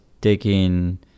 taking